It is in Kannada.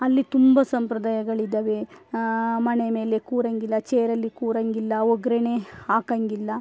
ಅಲ್ಲಿ ತುಂಬ ಸಂಪ್ರದಾಯಗಳಿದ್ದಾವೆ ಮಣೆ ಮೇಲೆ ಕೂರೊಂಗಿಲ್ಲ ಚೇರಲ್ಲಿ ಕೂರೊಂಗಿಲ್ಲ ಒಗ್ಗರಣೆ ಹಾಕೊಂಗಿಲ್ಲ